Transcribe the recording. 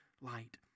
light